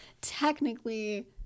technically